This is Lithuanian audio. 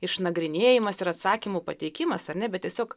išnagrinėjimas ir atsakymų pateikimas ar ne bet tiesiog